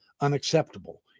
unacceptable